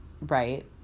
right